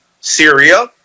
Syria